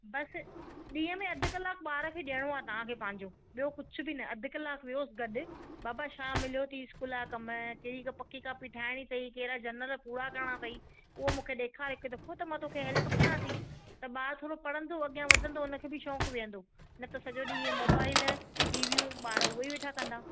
बसि ॾींहं में अधु कलाकु ॿार खे ॾियणो आहे तव्हांखे पंहिंजो ॿियो कुझु बि न अधु कलाकु वियोसि गॾु बाबा छा मिलियो थी स्कूल जा कमु कहिड़ी त पकी कॉपी ठाहिणी अथई कहिड़ा जनरल पूरा करणा अथई उहो मूंखे ॾेखारि हिकु दफ़ो त मां तव्हांखे हैल्प कयां थी त ॿारु थोरो पढ़ंदो अॻियां वधंदो हुनखे बि शौक़ु वेहंदो न त सॼो ॾींहुं मोबाइल टीवियूं ॿार उहे ई वेठा कंदा